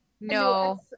No